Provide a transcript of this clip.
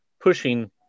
pushing